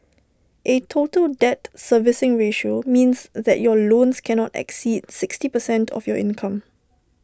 A total debt servicing ratio means that your loans cannot exceed sixty percent of your income